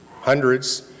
hundreds